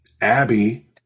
Abby